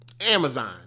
Amazon